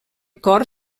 cor